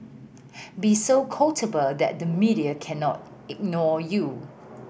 be so quotable that the media cannot ignore you